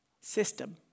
system